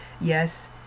Yes